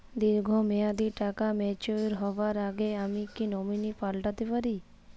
দীর্ঘ মেয়াদি টাকা ম্যাচিউর হবার আগে আমি কি নমিনি পাল্টা তে পারি?